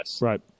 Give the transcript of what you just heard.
right